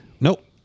Nope